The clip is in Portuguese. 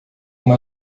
uma